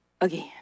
again